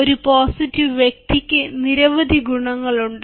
ഒരു പോസിറ്റീവ് വ്യക്തിക്ക് നിരവധി ഗുണങ്ങളുണ്ട്